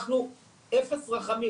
אנחנו אפס רחמים.